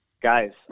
guys